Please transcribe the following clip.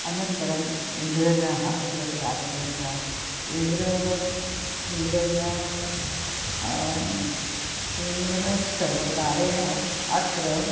अनन्तरम् इङ्ग्रजाः अपि अत्र आगतवन्तः इङ्ग्र इङ्ग्रजा इङ्ग्रज् सर्वकारेण अत्र